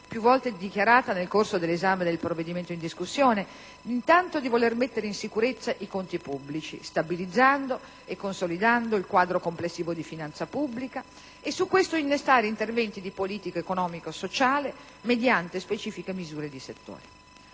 più volte dichiarata nel corso dell'esame del provvedimento in discussione, intanto di voler mettere in sicurezza i conti pubblici, stabilizzando e consolidando il quadro complessivo di finanza pubblica, e su questo innestare interventi di politica economico-sociale, mediante specifiche misure di settore.